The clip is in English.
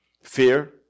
fear